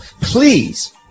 please